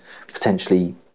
potentially